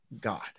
God